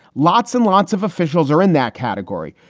lots and lots of officials are in that category.